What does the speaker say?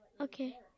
Okay